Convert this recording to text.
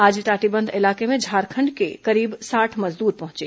आज टाटीबंध इलाके में झारखंड के करीब साठ मजदूर पहुंचे